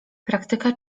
praktyka